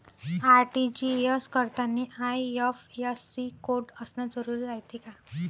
RTGS करतांनी IFSC code असन जरुरी रायते का?